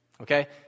Okay